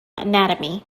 anatomy